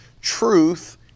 Truth